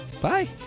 Bye